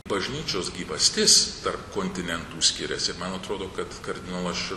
bažnyčios gyvastis tarp kontinentų skiriasi ir man atrodo kad kardinolas čia